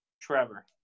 Trevor